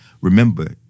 remember